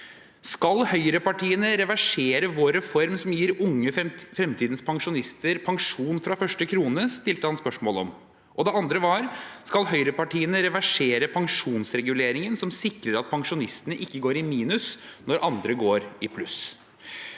«Skal høyrepartiene reversere vår reform som gir unge, fremtidens pensjonister, pensjon allerede fra første krone?» Det stilte han spørsmål om. Det andre var: «Skal høyrepartiene reversere pensjonsreguleringen som sikrer at pensjonistene ikke går i minus når andre går i pluss?»